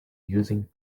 using